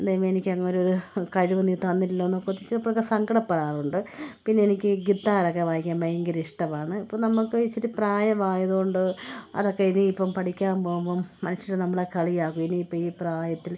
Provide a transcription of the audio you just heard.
ദൈവം എനിക്കതുപോലൊരു കഴിവ് നീ തന്നില്ലല്ലോയെന്ന് കൊതിച്ചപ്പോഴൊക്കെ സങ്കടപ്പെടാറുണ്ട് പിന്നെ എനിക്ക് ഈ ഗിത്താറൊക്കെ വായിക്കാൻ ഭയങ്കര ഇഷ്ടമാണ് ഇപ്പം നമുക്ക് ഇച്ചിരി പ്രായമായതുകൊണ്ട് അതൊക്കെ ഇനി ഇപ്പം പഠിക്കാൻ പോവുമ്പം മനുഷ്യർ നമ്മളെ കളിയാക്കും ഇനി ഇപ്പോൾ ഈ പ്രായത്തിൽ